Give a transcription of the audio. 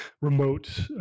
remote